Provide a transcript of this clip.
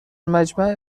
مجمع